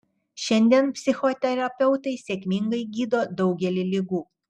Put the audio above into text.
šiandien psichoterapeutai sėkmingai gydo daugelį ligų